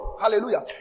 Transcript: Hallelujah